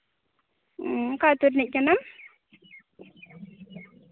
ᱚᱠᱟ ᱟᱹᱛᱩ ᱨᱤᱱᱤᱡ ᱠᱟᱱᱟᱢ